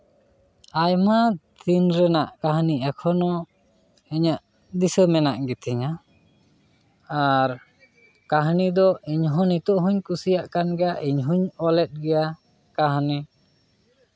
ᱟᱭᱢᱟ ᱫᱤᱱ ᱨᱮᱱᱟᱜ ᱠᱟᱹᱦᱱᱤ ᱮᱠᱷᱚᱱᱳ ᱤᱧᱟᱹᱜ ᱫᱤᱥᱟᱹ ᱢᱮᱱᱟᱜ ᱜᱮᱛᱤᱧᱟ ᱟᱨ ᱠᱟᱹᱦᱱᱤ ᱫᱚ ᱤᱧᱦᱚᱸ ᱱᱤᱛᱚᱜ ᱦᱚᱧ ᱠᱩᱥᱤᱭᱟᱜ ᱠᱟᱱ ᱜᱮᱭᱟ ᱤᱧ ᱦᱚᱧ ᱚᱞ ᱮᱫᱜ ᱜᱮᱭᱟ ᱠᱟᱹᱦᱱᱤ